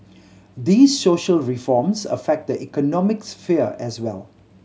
these social reforms affect the economic sphere as well